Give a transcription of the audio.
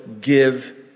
give